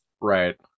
Right